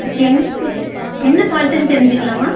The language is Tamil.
ஓகே என்ன ஃபுட்டு என்ன ஃபால்ட்னு தெரிஞ்சுக்கலாமா